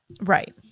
Right